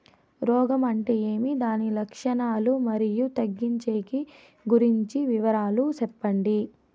రోగం అంటే ఏమి దాని లక్షణాలు, మరియు తగ్గించేకి గురించి వివరాలు సెప్పండి?